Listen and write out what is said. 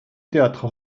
théâtre